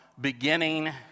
beginning